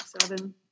seven